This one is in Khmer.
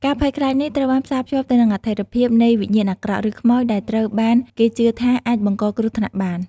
ការភ័យខ្លាចនេះត្រូវបានផ្សារភ្ជាប់ទៅនឹងអត្ថិភាពនៃវិញ្ញាណអាក្រក់ ឬខ្មោច ដែលត្រូវបានគេជឿថាអាចបង្កគ្រោះថ្នាក់បាន ។